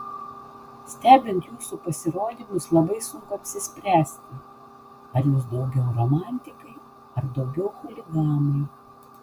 stebint jūsų pasirodymus labai sunku apsispręsti ar jūs daugiau romantikai ar daugiau chuliganai